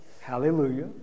hallelujah